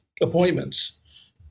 appointments